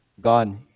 god